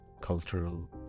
cultural